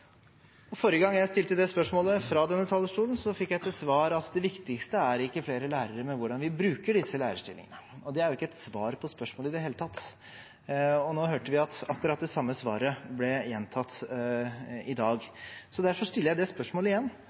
Forrige gang jeg stilte det spørsmålet fra denne talerstolen, fikk jeg til svar at det viktigste ikke er flere lærere, men hvordan vi bruker disse lærerstillingene. Det er jo ikke et svar på spørsmålet i det hele tatt. Nå hørte vi akkurat det samme svaret bli gjentatt i dag. Derfor stiller jeg spørsmålet igjen: